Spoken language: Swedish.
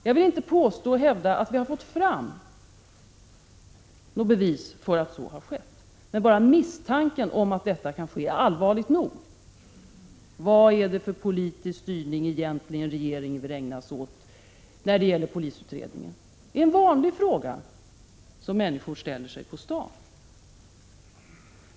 Jag vill inte hävda att vi har fått fram något bevis för att så har skett, men bara misstanken om att detta kan ske är allvarlig nog. Vad är det för politisk styrning regeringen egentligen vill ägna sig åt när det gäller polisutredningen? Det är en vanlig fråga som människor ställer sig på stan.